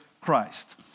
Christ